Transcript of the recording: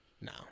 No